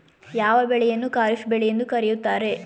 ಯಾವ ಬೆಳೆಯನ್ನು ಖಾರಿಫ್ ಬೆಳೆ ಎಂದು ಕರೆಯುತ್ತಾರೆ?